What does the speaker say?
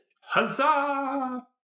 Huzzah